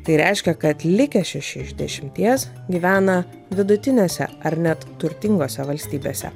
tai reiškia kad likę šeši iš dešimties gyvena vidutinėse ar net turtingose valstybėse